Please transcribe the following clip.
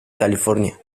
california